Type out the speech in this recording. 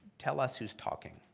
tell us whose talking,